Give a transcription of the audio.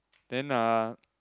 then uh